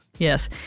Yes